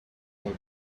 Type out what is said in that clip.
work